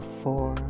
four